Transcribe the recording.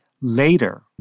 later